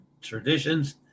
traditions